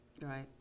Right